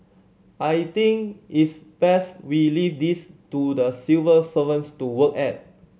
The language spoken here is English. I think it's best we leave this to the civil servants to work at